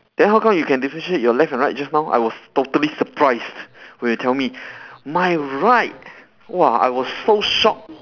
then how come you can differentiate your left and right just now I was totally surprised when you tell me my right !wah! I was so shocked